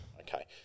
Okay